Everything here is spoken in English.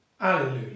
Alleluia